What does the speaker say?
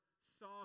saw